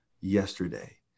yesterday